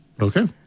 okay